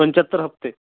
पंचाहत्तर हप्ते